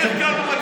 שבתחום סמכותם.